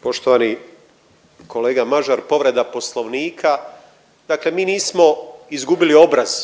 Poštovani kolega Mažar. Povreda poslovnika, dakle mi nismo izgubili obraz,